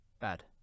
Bad